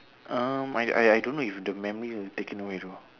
um I I don't know if the memory is taken away or not